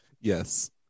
yes